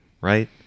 Right